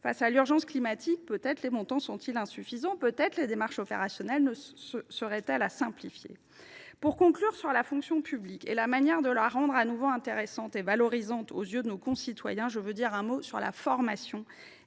face à l’urgence climatique ? Peut être les démarches opérationnelles devraient elles être simplifiées ? Pour conclure sur la fonction publique et la manière de la rendre à nouveau intéressante et valorisante aux yeux de nos concitoyens, je veux dire un mot sur la formation,